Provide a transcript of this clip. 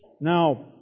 Now